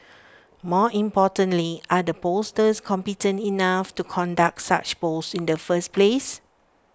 more importantly are the pollsters competent enough to conduct such polls in the first place